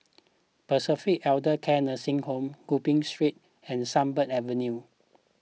Pacific Elder Care Nursing Home Gopeng Street and Sunbird Avenue